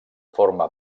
forma